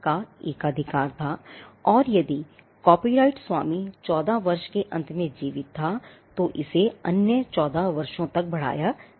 का एकाधिकार था और यदि कॉपीराइट स्वामी 14 वर्ष के अंत में जीवित था तो इसे अन्य 14 वर्षों तक बढ़ाया जा सकता है